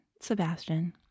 Sebastian